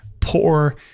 poor